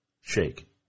shake